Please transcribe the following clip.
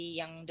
yang